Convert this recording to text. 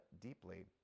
deeply